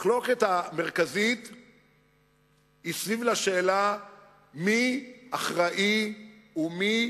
המחלוקת המרכזית היא סביב השאלה מי אחראי ומי